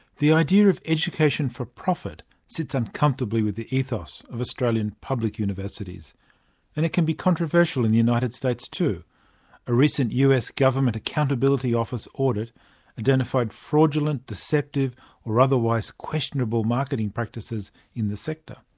the idea of education for profit sits uncomfortably with the ethos of australia's public universities and it can be controversial in the united states too a recent us government accountability office audit identified fraudulent, deceptive or otherwise questionable marketing practices' in the sector.